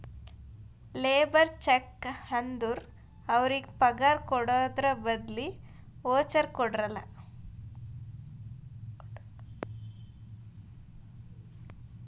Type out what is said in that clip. labour cheque ಅಂದುರ್ ಅವ್ರಿಗ ಪಗಾರ್ ಕೊಡದ್ರ್ ಬದ್ಲಿ ವೋಚರ್ ಕೊಡ್ತಾರ